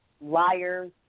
liars